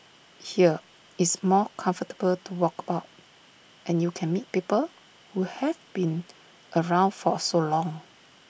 here it's more comfortable to walk about and you can meet people who've been around for so long